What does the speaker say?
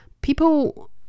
people